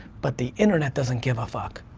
but the internet doesn't give a fuck.